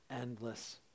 endless